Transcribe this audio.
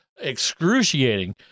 excruciating